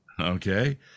Okay